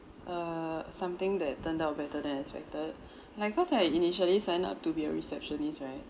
uh something that turned out better than expected like cause I initially sign up to be a receptionist right